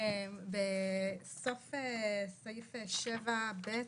בסוף סעיף 7(ב),